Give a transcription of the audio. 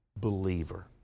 believer